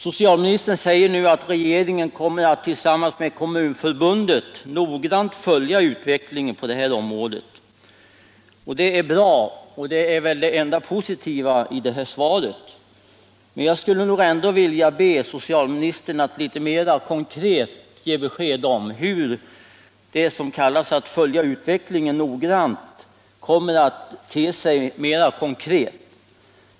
Socialministern säger nu att regeringen kommer att tillsammans med Kommunförbundet noggrant följa utvecklingen på det här området. Det är bra och det är väl det enda positiva i svaret på min fråga. Men jag skulle nog ändå vilja be socialministern att litet mera konkret ge besked om vari det som kallas att följa utvecklingen noggrant kommer att bestå.